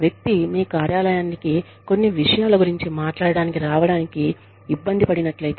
వ్యక్తి మీ కార్యాలయానికి కొన్ని విషయాల గురించి మాట్లాడటానికి రావడానికి ఇబ్బంది పడినట్లయితే